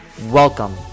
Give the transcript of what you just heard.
Welcome